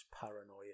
paranoia